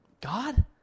God